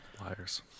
Liars